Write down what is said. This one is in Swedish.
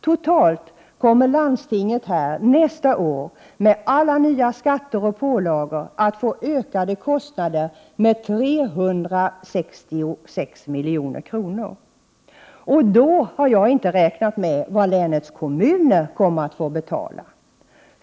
Totalt kommer landstinget nästa år med alla nya skatter och pålagor att få ökade kostnader med 366 milj.kr. Då har jag inte räknat med vad länets kommuner kommer att få betala.